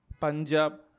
Punjab